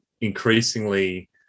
increasingly